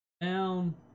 down